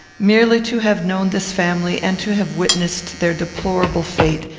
merely to have known this family, and to have witnessed their deplorable fate,